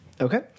Okay